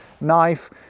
knife